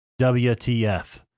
WTF